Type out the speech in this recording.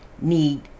Need